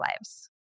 lives